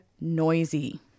noisy